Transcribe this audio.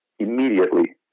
Immediately